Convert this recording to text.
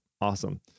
Awesome